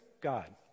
God